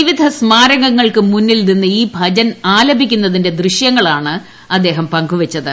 വിവിധ സ്മാരകങ്ങൾക്ക് മുന്നിൽ നിന്ന് ഈ ഭജൻ ആലപിക്കുന്നതിന്റെ ദൃശ്യങ്ങളാണ് അദ്ദേഹം പങ്കുവെച്ചത്